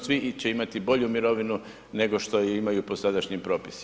Svi će imati bolju mirovinu nego što ju imaju po sadašnjim propisima.